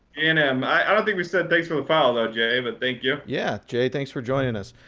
and um i don't think we said thanks for the follow, though, jay, but thank you. yeah, jay, thanks for joining us.